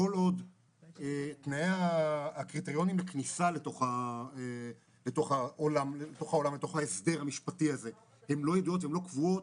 כל עוד הקריטריונים לכניסה לתוך ההסדר המשפטי הזה לא ידועים ולא קבועים,